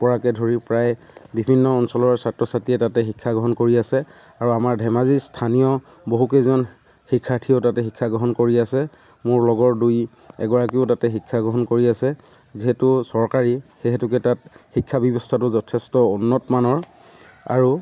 পৰাকে ধৰি প্ৰায় বিভিন্ন অঞ্চলৰ ছাত্ৰ ছাত্ৰীয়ে তাতে শিক্ষা গ্ৰহণ কৰি আছে আৰু আমাৰ ধেমাজিৰ স্থানীয় বহুকেইজন শিক্ষাৰ্থীয়েও তাতে শিক্ষাগ্ৰহণ কৰি আছে মোৰ লগৰ দুই এগৰাকীয়েও তাতে শিক্ষাগ্ৰহণ কৰি আছে যিহেতু চৰকাৰী সেই হেতুকে তাত শিক্ষা ব্যৱস্থাটো যথেষ্ট উন্নতমানৰ আৰু